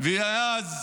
ואז